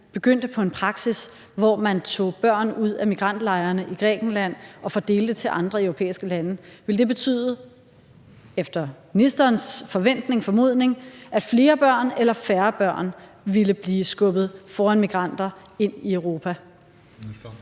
begyndte på en praksis, hvor man tog børn ud af migrantlejrene i Grækenland og fordelte til andre europæiske lande? Ville det efter ministerens forventning og formodning betyde, at flere børn eller færre børn ville blive skubbet foran migranter ind i Europa?